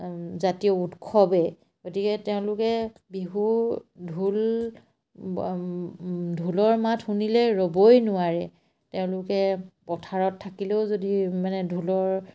জাতীয় উৎসৱে গতিকে তেওঁলোকে বিহু ঢোল ঢোলৰ মাত শুনিলে ৰ'বই নোৱাৰে তেওঁলোকে পথাৰত থাকিলেও যদি মানে ঢোলৰ